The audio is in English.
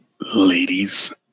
Ladies